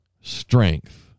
strength